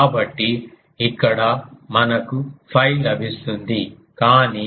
కాబట్టి ఇక్కడ మనకు 𝛟 లభిస్తుంది కానీ ఇది ఫీల్డ్ పరిమాణం